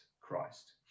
Christ